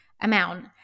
amount